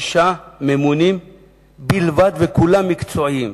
שישה ממונים בלבד, וכולם מקצועיים.